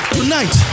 Tonight